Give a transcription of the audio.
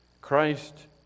Christ